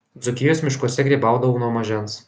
dzūkijos miškuose grybaudavau nuo mažens